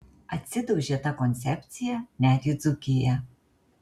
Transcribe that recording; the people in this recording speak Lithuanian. atsidaužė ta koncepcija net į dzūkiją